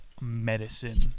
Medicine